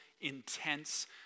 intense